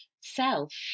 self